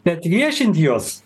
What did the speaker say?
bet viešinti juos